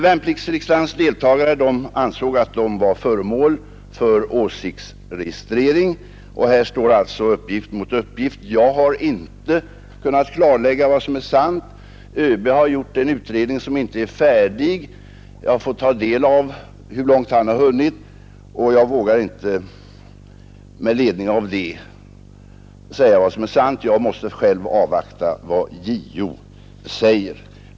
Värnpliktsriksdagens deltagare ansåg att de var föremål för åsiktsregistrering, och här står alltså uppgift mot uppgift — jag har inte kunnat klarlägga vad som är sant. ÖB gör en utredning som ännu inte är färdig. Jag har fått ta del av hur långt han har hunnit, men jag vågar inte med ledning därav avgöra vad som är sant. Jag måste avvakta vad JO säger.